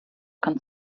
kann